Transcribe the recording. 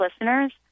listeners